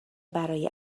برای